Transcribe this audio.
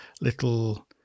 little